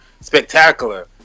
spectacular